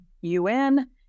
UN